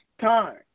time